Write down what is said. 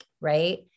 Right